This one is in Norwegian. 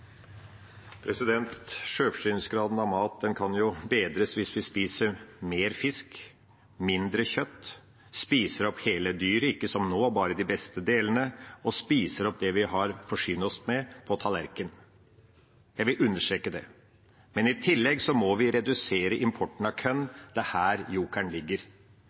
Sjølforsyningsgraden av mat kan bedres hvis vi spiser mer fisk og mindre kjøtt, spiser opp hele dyret – ikke, som nå, bare de beste delene – og spiser opp det vi har forsynt oss med på tallerkenen. Jeg vil understreke det. Men i tillegg må vi redusere